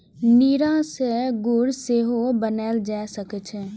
नीरा सं गुड़ सेहो बनाएल जा सकै छै